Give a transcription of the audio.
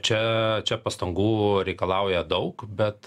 čia čia pastangų reikalauja daug bet